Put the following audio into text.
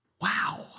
Wow